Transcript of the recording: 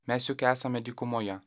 mes juk esame dykumoje